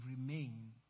remain